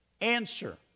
answer